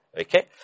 Okay